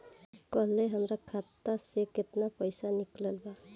काल्हे हमार खाता से केतना पैसा निकलल बा?